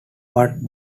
what